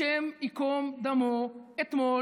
השם ייקום דמו, אתמול